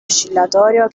oscillatorio